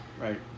right